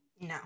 No